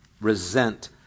resent